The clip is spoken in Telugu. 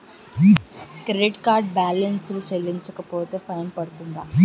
క్రెడిట్ కార్డ్ బాలన్స్ చెల్లించకపోతే ఫైన్ పడ్తుంద?